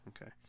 Okay